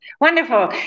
Wonderful